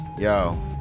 yo